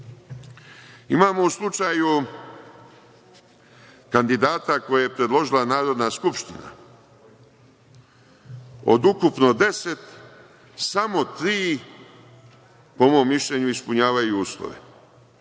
Imamo u slučaju kandidata koji je predložila Narodna skupština od ukupnog 10 samo tri po mom mišljenju ispunjavaju uslove.